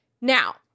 Now